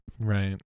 Right